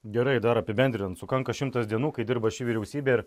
gerai dar apibendrinant sukanka šimtas dienų kai dirba ši vyriausybė ir